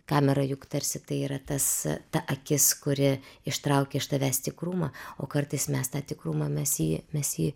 kamera juk tarsi tai yra tas akis kuri ištraukia iš tavęs tikrumą o kartais mes tą tikrumą mes jį mes jį